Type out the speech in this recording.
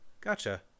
Gotcha